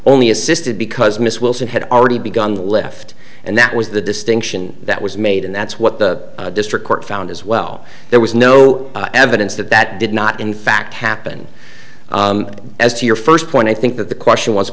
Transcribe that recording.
only assisted because miss wilson had already begun the lift and that was the distinction that was made and that's what the district court found as well there was no evidence that that did not in fact happen as to your first point i think that the question was